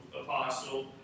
apostle